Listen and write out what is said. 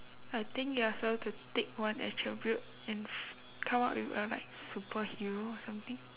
I think you are suppose to take one attribute and come up with a like super hero or something